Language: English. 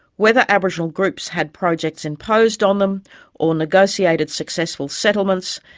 whether aboriginal groups had projects imposed on them or negotiated successful settlements,